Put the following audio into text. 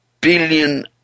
billion